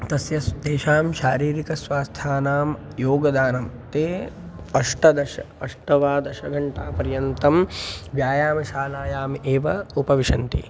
तस्य स् तेषां शारीरिकस्वास्थानां योगदानं ते अष्टादश अष्ट वा दशघण्टापर्यन्तं व्यायामशालायाम् एव उपविशन्ति